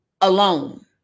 alone